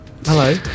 Hello